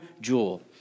jewel